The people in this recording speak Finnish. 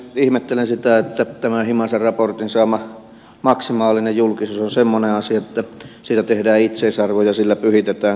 ihmettelen sitä että tämän himasen raportin saama maksimaalinen julkisuus on semmoinen asia että siitä tehdään itseisarvo ja sillä pyhitetään kaikki